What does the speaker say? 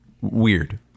weird